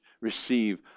Receive